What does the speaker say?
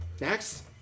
Next